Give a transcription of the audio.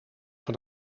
van